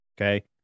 okay